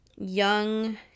young